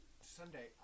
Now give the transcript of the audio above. Sunday